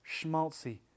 Schmaltzy